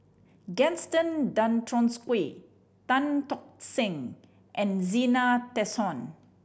Gaston Dutronquoy Tan Tock Seng and Zena Tessensohn